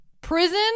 prison